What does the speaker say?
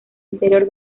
interior